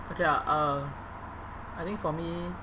okay lah uh I think for me